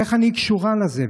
איך אני קשורה לזה?